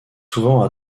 souvent